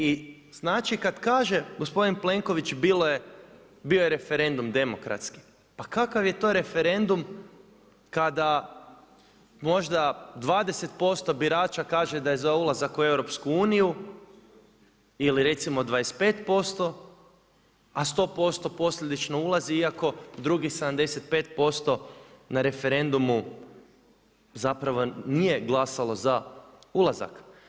I znači kada kaže gospodin Plenković bio je referendum demokratski, pa kakav je to referendum kada možda 20% birača kaže da je za ulazak u EU ili recimo 25% a 100% posljedično ulazi iako drugih 75% na referendumu zapravo nije glasalo za ulazak.